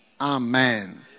Amen